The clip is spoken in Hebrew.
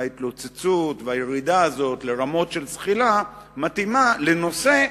וההתלוצצות והירידה הזאת לרמות של זחילה מתאימות לנושא,